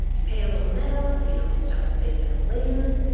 you pay a little now so you don't get stuck with a big bill later.